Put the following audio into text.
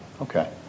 okay